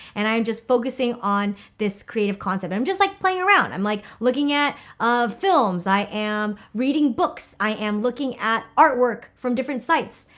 and i'm just focusing on this creative concept. i'm just like playing around. i'm like looking at films, i am reading books, i am looking at artwork from different sites.